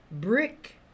brick